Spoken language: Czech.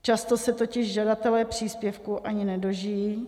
Často se totiž žadatelé příspěvku ani nedožijí.